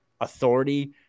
authority